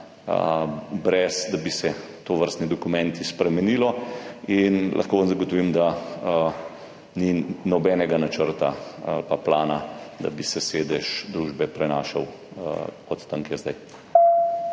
brez da bi se tovrstni dokumenti spremenilo. In lahko zagotovim, da ni nobenega načrta ali pa plana, da bi se sedež družbe prenašal od tam, kjer je zdaj.